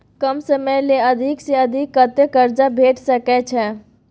कम समय ले अधिक से अधिक कत्ते कर्जा भेट सकै छै?